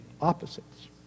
opposites